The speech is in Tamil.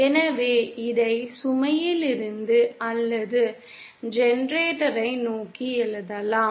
எனவே இதை சுமையிலிருந்து அல்லது ஜெனரேட்டரை நோக்கி எழுதலாம்